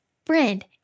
Friend